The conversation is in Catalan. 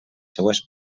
seues